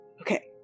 Okay